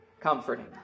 comforting